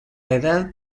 edad